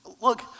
Look